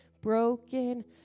broken